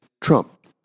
Trump